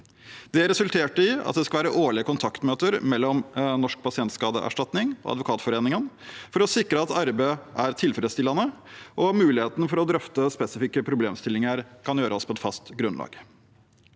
Det resulterte i at det skal være årlige kontaktmøter mellom Norsk pasientskadeerstatning og Advokatforeningen for å sikre at arbeidet er tilfredsstillende, og at det blir mulighet for å drøfte spesifikke problemstillinger på et fast grunnlag.